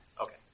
Okay